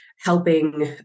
helping